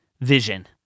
vision